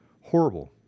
horrible